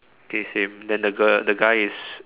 okay same then the girl the guy is